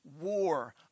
war